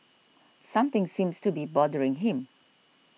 something seems to be bothering him